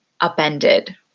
upended